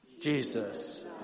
Jesus